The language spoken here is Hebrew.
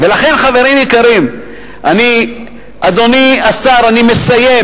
לכן, חברים יקרים, אדוני השר, אני מסיים